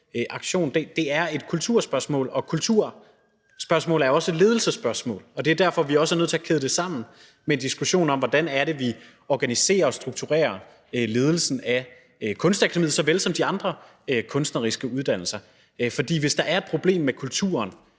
Det er et kulturspørgsmål, og kulturspørgsmål er også ledelsesspørgsmål. Det er derfor, at vi også er nødt til at kæde det sammen med en diskussion om, hvordan vi organiserer og strukturerer ledelsen af ikke bare Kunstakademiet, men også de andre kunstneriske uddannelser. For hvis der er et problem med kulturen,